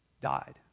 died